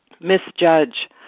Misjudge